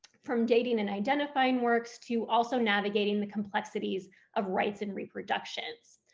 from dating and identifying works to also navigating the complexities of rights and reproductions.